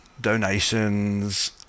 donations